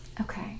Okay